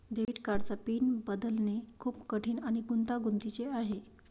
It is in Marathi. डेबिट कार्डचा पिन बदलणे खूप कठीण आणि गुंतागुंतीचे आहे